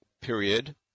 period